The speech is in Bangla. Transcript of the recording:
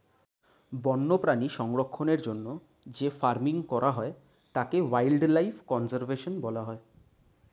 বন্যপ্রাণী সংরক্ষণের জন্য যে ফার্মিং করা হয় তাকে ওয়াইল্ড লাইফ কনজার্ভেশন বলা হয়